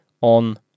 on